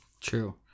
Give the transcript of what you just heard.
True